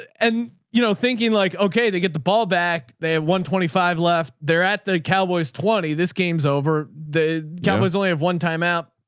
and you know, thinking like, okay, they get the ball back. they have one twenty five left there at the cowboys twenty. this game's over the cowboys only have one timeout.